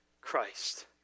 Christ